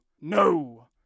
No